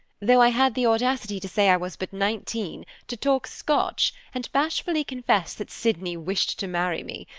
though i had the audacity to say i was but nineteen, to talk scotch, and bashfully confess that sydney wished to marry me.